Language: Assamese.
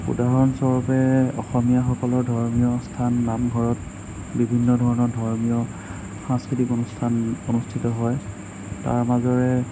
উদাহৰণস্বৰূপে অসমীয়াসকলৰ ধৰ্মীয় অনুষ্ঠান নামঘৰত বিভিন্ন ধৰণৰ ধৰ্মীয় সাংস্কৃতিক অনুষ্ঠান অনুষ্ঠিত হয় তাৰ মাজৰে